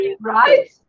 right